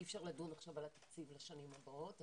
אי אפשר לדון עכשיו על התקציב לשנים הבאות.